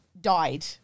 died